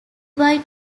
wide